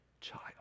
child